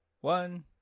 one